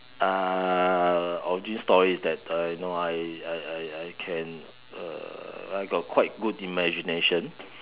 uh origin story is that you know I I I I I can uh I got quite good imagination